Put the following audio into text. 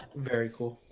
very cool